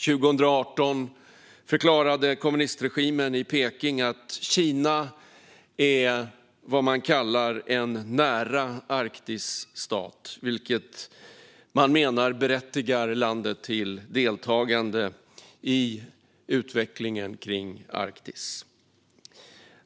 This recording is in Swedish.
År 2018 förklarade kommunistregimen i Peking att Kina är vad man kallar en "nära arktisk stat", vilket man menar berättigar landet till deltagande i utvecklingen kring Arktis.